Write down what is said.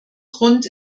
grund